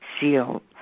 seal